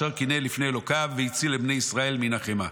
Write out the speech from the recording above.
אשר קינא לפני אלוקיו והציל את בני ישראל מן החמה".